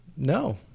No